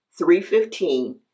3.15